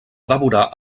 devorar